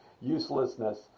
uselessness